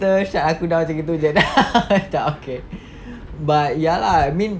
sister aku dah macam gitu macam okay but ya lah I mean